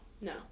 No